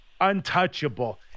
untouchable